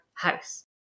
house